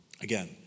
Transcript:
Again